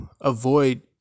avoid